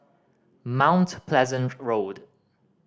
Mount Pleasant Road